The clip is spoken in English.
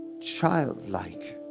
childlike